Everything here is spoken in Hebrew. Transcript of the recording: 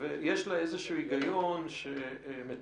ויש לה איזשהו הגיון שמתעדף